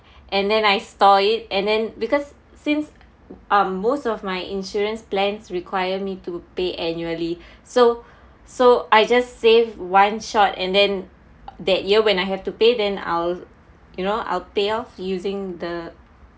and then I store it and then because since uh most of my insurance plans require me to pay annually so so I just save one shot and then that year when I have to pay then I'll you know I'll pay off using the